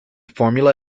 formula